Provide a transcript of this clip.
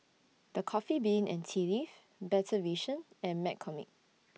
The Coffee Bean and Tea Leaf Better Vision and McCormick